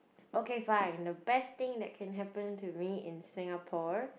okay fine the best thing that can happen to me in Singapore